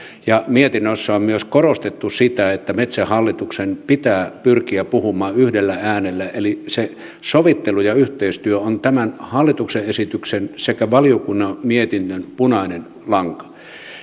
ja mietinnössä on myös korostettu sitä että metsähallituksen pitää pyrkiä puhumaan yhdellä äänellä eli se sovittelu ja yhteistyö on tämän hallituksen esityksen sekä valiokunnan mietinnön punainen lanka